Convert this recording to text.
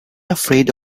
afraid